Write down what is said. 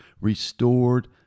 restored